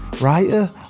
writer